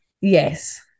Yes